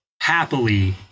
happily